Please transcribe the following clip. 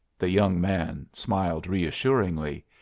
the young man smiled reassuringly.